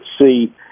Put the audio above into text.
see